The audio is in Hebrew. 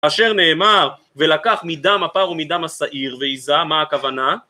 אשר נאמר ולקח מדם הפר ומדם השעיר והיזה, מה הכוונה?